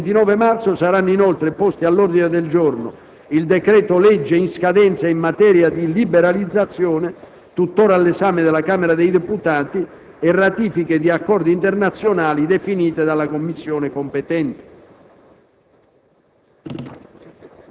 Tra il 28 e il 29 marzo, saranno inoltre posti all'ordine del giorno il decreto-legge in scadenza in materia di liberalizzazioni, tuttora all'esame della Camera dei deputati, e ratifiche di accordi internazionali definite dalla Commissione competente.